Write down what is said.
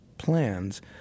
plans